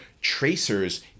tracers